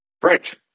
French